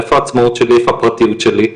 איפה העצמאות שלי, איפה הפרטיות שלי.